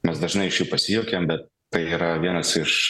nors dažnai iš jų pasijuokiam bet tai yra vienas iš